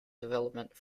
development